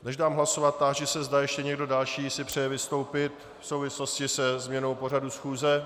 Než dám hlasovat, táži se, zda ještě někdo další si přeje vystoupit v souvislosti se změnou pořadu schůze.